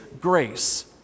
grace